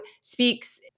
speaks